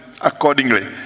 accordingly